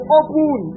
open